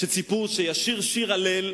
שציפו שישיר שיר הלל,